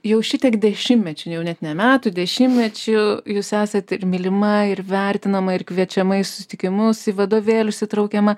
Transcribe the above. jau šitiek dešimtmečių jau net ne metų dešimtmečių jūs esat ir mylima ir vertinama ir kviečiama į susitikimus į vadovėlius įtraukiama